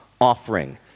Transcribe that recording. offering